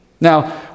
Now